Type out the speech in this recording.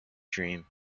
dream